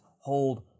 hold